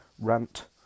rant